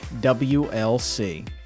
WLC